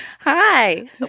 Hi